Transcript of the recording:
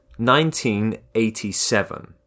1987